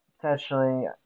Potentially